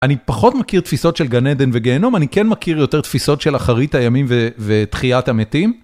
אני פחות מכיר תפיסות של גן עדן וגהינום, אני כן מכיר יותר תפיסות של אחרית הימים ותחיית המתים.